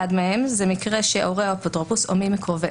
מקרה אחד הוא שהורה או אפוטרופוס או מי מקרוביהם